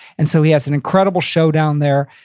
and so he has an incredible showdown there,